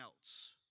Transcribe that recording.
else